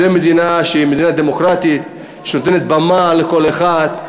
זו מדינה דמוקרטית שנותנת במה לכל אחד,